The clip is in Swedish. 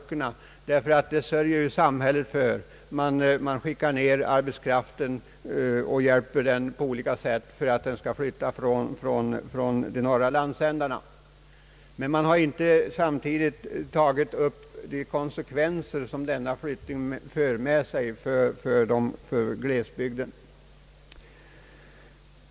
Samhället sörjer för detta och hjälper arbetskraften på olika sätt så att den skall kunna flytta från de norra landsändarna. Men man observerar inte samtidigt de konsekvenser som denna flyttning för med sig för glesbygderna.